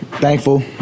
Thankful